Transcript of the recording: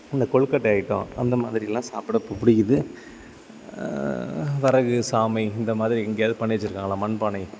இந்த கொழுக்கட்ட ஐட்டம் அந்த மாதிரியெலாம் சாப்பிட இப்போ பிடிக்குது வரகு சாமை இந்த மாதிரி எங்கேயாது பண்ணி வெச்சுருக்காங்களா மண்பானை